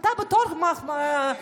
אתה בתור רמטכ"ל,